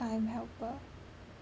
time helper